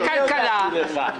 נגד הכלכלה.